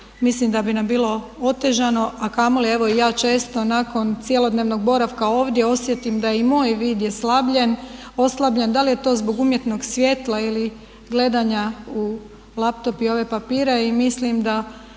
mislim da bi nam bilo otežano a kamoli evo i ja često nakon cjelodnevnog boravka ovdje osjetim da i moj vid je oslabljen, da li je to zbog umjetnog svjetla ili gledanja u laptop i ove papire. I mislim da